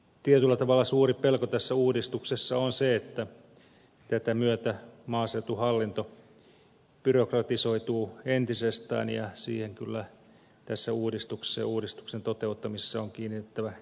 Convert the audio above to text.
tietyllä tavalla suuri pelko tässä uudistuksessa on se että tätä myötä maaseutuhallinto byrokratisoituu entisestään ja siihen kyllä tässä uudistuksessa ja uudistuksen toteuttamisessa on kiinnitettävä erityistä huomiota